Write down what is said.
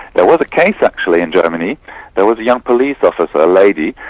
there was a case actually in germany there was a young police officer, a lady,